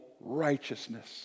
righteousness